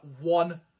one